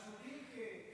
חשודים כ-.